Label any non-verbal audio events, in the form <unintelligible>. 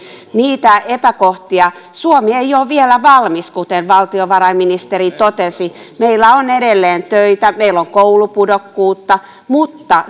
niitä epäkohtia korjata suomi ei ole vielä valmis kuten valtiovarainministeri totesi meillä on edelleen töitä meillä on koulupudokkuutta mutta <unintelligible>